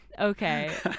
Okay